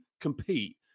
compete